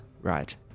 Right